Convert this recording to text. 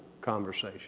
conversation